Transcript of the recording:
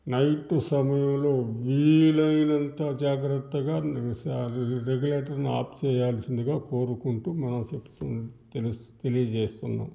night సమయంలో వీలైనంత జాగ్రత్తగా రెగ్యూలేటర్ని ఆఫ్ చేయాల్సిందిగా కోరుకుంటూ తెలియజేస్తున్నాం